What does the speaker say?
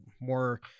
more